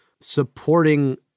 supporting